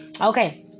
Okay